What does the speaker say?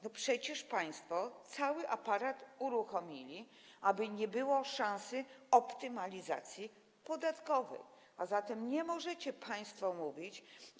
No przecież państwo cały aparat uruchomili, aby nie było szansy na optymalizację podatkową, a zatem nie możecie państwo o niej mówić.